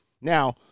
Now